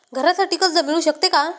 घरासाठी कर्ज मिळू शकते का?